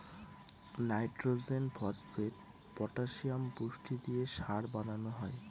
nitrogen, phosphate, potassium পুষ্টি দিয়ে সার বানানো হয়